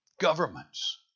governments